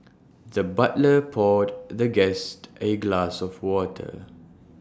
the butler poured the guest A glass of water